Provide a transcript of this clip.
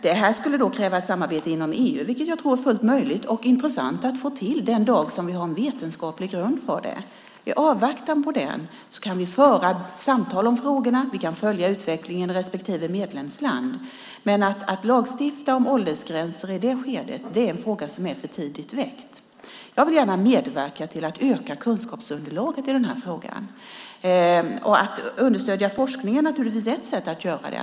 Detta skulle kräva ett samarbete inom EU, vilket jag tror är fullt möjligt och intressant att få till den dag vi har en vetenskaplig grund för det. I avvaktan på den kan vi föra samtal om frågorna och följa utvecklingen i respektive medlemsland. Men att lagstifta om åldersgränser i det skedet är en fråga som är för tidigt väckt. Jag vill gärna medverka till att öka kunskapsunderlaget i den här frågan. Att understödja forskningen är ett sätt att göra det.